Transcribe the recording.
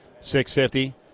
650